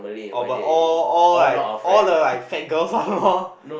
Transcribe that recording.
oh but all all like all the like fat girls one loh